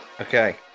Okay